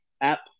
app